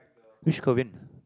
which Korean